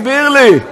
אבל בוא תסביר לי,